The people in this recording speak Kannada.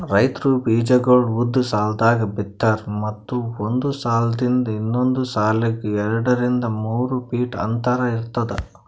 ರೈತ್ರು ಬೀಜಾಗೋಳ್ ಉದ್ದ್ ಸಾಲ್ದಾಗ್ ಬಿತ್ತಾರ್ ಮತ್ತ್ ಒಂದ್ ಸಾಲಿಂದ್ ಇನ್ನೊಂದ್ ಸಾಲಿಗ್ ಎರಡರಿಂದ್ ಮೂರ್ ಫೀಟ್ ಅಂತರ್ ಇರ್ತದ